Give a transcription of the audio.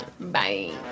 Bye